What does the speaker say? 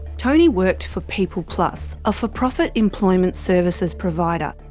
tony worked for peopleplus, a for-profit employment services provider.